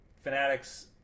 Fanatics